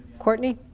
courtney